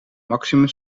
maximum